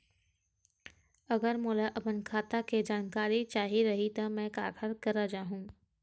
अगर मोला अपन खाता के जानकारी चाही रहि त मैं काखर करा जाहु?